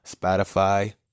Spotify